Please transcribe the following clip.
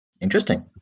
Interesting